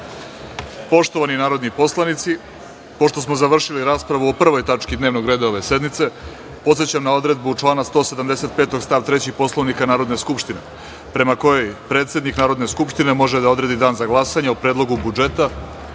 celini. Poštovani narodni poslanici, pošto smo završili raspravu o 1. tački dnevnog reda ove sednice, podsećam na odredbu člana 175. stav 3. Poslovnika Narodne skupštine, prema kojoj predsednik Narodne skupštine može da odredi Dan za glasanje o Predlogu budžetu